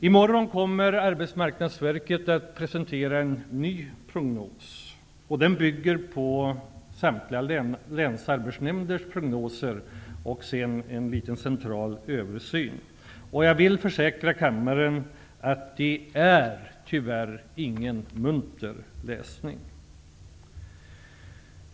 I morgon kommer arbetsmarknadsverket att presentera en ny prognos. Den bygger på samtliga länsarbetsnämnders prognoser och även på en liten central genomgång. Jag kan försäkra kammaren att det inte är någon munter läsning.